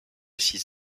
six